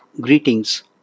Greetings